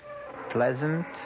pleasant